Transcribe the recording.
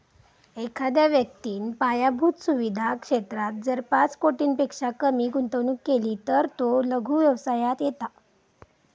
एखाद्या व्यक्तिन पायाभुत सुवीधा क्षेत्रात जर पाच कोटींपेक्षा कमी गुंतवणूक केली तर तो लघु व्यवसायात येता